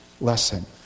lesson